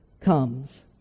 comes